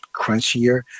crunchier